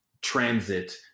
transit